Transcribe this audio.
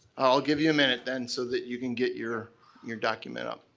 i'll give you a minute then so that you can get your your document up.